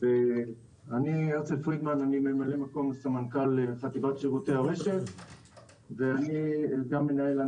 דיבר על זה גם שילת וגם יואב,